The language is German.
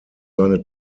seine